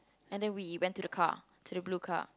and then we went to the car to the blue car